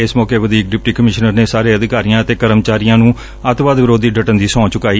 ਇਸ ਮੌਕੇ ਵਧੀਕ ਡਿਪਟੀ ਕਮਿਸ਼ਨਰ ਨੇ ਸਾਰੇ ਅਧਿਕਾਰੀਆਂ ਅਤੇ ਕਰਮਚਾਰੀਆਂ ਨੂੰ ਅਤਿਵਾਦ ਵਿਰੁੱਧ ਡਟਣ ਦੀ ਸਹੁੰ ਚੁਕਾਈ